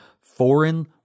foreign